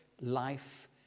life